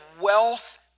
wealth